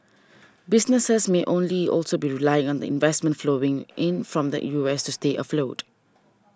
businesses may only also be relying on the investment flowing in from the U S to stay afloat